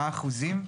מה האחוזים?